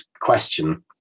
question